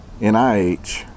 NIH